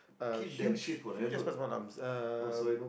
a huge huge ass pasar malams um